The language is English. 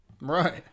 Right